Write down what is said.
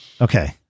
Okay